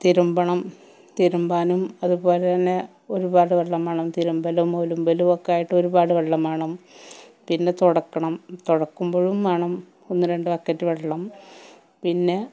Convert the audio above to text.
തിരുണം തിരുമ്പാനും അതുപോലെ തന്നെ ഒരുപാട് വെള്ളം വേണം തിരുമ്പലും ഒലുമ്പലുമൊക്കെയായിട്ട് ഒരുപാട് വെള്ളം വേണം പിന്നെ തുടക്കണം തുടക്കുമ്പോഴും വേണം ഒന്ന് രണ്ട് ബക്കറ്റ് വെള്ളം പിന്നെ